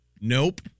Nope